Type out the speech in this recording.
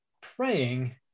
praying